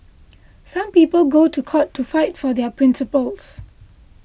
some people go to court to fight for their principles